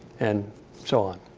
and so on.